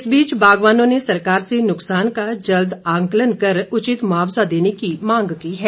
इस बीच बागवानों ने सरकार से नुकसान का जल्द आंकलन कर उचित मुआवजा देने की मांग की है